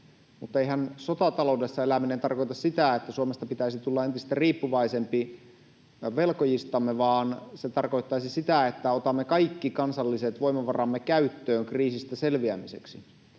Mutta eihän sotataloudessa eläminen tarkoita sitä, että Suomesta pitäisi tulla entistä riippuvaisempi velkojistamme, vaan se tarkoittaisi sitä, että otamme kaikki kansalliset voimavaramme käyttöön kriisistä selviämiseksi.